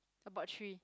about three